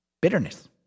Bitterness